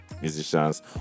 musicians